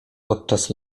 podczas